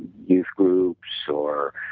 youth groups or